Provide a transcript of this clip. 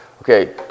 Okay